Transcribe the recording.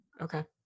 Okay